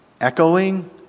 Echoing